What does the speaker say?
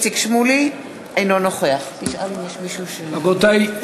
אינו נוכח רבותי,